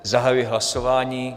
Zahajuji hlasování.